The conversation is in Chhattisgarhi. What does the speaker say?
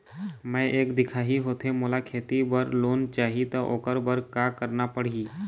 मैं एक दिखाही होथे मोला खेती बर लोन चाही त ओकर बर का का करना पड़ही?